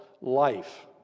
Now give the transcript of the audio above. life